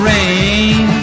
Rain